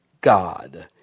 God